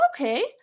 okay